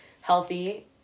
healthy